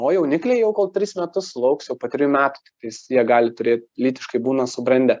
o jaunikliai jau kol tris metus sulauks jau po trijų metų tiktais jie gali turėt lytiškai būna subrendę